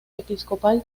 episcopal